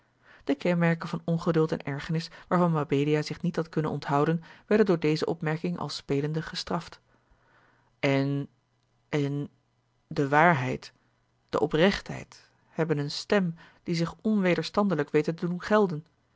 de kenmerken van ongeduld en ergernis waarvan mabelia zich niet had kunnen onthouden werden door deze opmerking al spelende bestraft en en de waarheid de oprechtheid hebben eene stem die zich onwederstandelijkheid weten te doen gelden